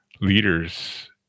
leaders